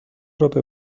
رابه